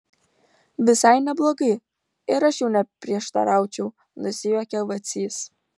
visai neblogai ir aš jau neprieštaraučiau nusijuokė vacys